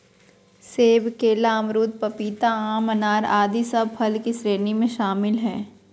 सेब, केला, अमरूद, पपीता, आम, अनार आदि सब फल के श्रेणी में शामिल हय